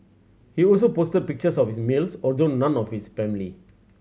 he also posted pictures of his meals although none with his family